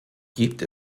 gibt